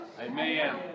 Amen